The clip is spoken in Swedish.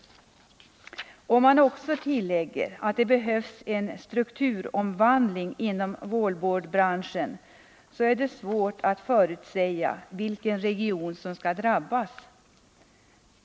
Om man tillägger att det behövs en strukturomvandling inom wallboardbranschen, är det svårt att förutsäga vilken region som skall drabbas.